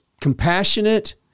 compassionate